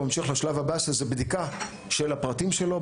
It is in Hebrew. הוא ממשיך לשלב הבא שזה בדיקה של הפרטים שלו,